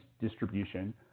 distribution